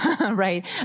right